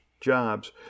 jobs